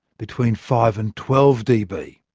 between five and twelve db.